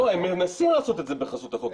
לא, הם מנסים לעשות את זה בחסות החוק.